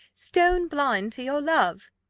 stone blind to your love.